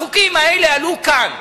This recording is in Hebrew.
החוקים האלה עלו כאן.